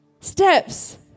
Steps